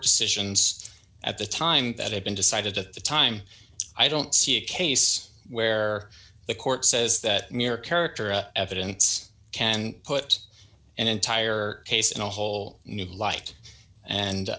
decisions at the time that have been decided at the time i don't see a case where the court says that mere character evidence can put an entire case in a whole new light and